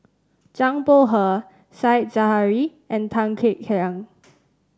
Zhang Bohe Said Zahari and Tan Kek Hiang